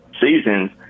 seasons